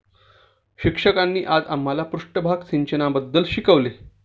शिक्षकांनी आज आम्हाला पृष्ठभाग सिंचनाबद्दल शिकवले